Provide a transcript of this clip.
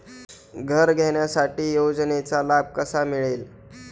घर घेण्यासाठी योजनेचा लाभ कसा मिळेल?